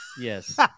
yes